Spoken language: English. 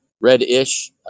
red-ish